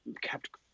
kept